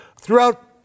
Throughout